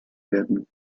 werden